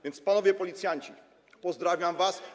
Więc, panowie policjanci, pozdrawiam was.